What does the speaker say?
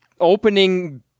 opening